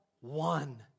one